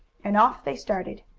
and off they started.